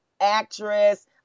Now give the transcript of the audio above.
actress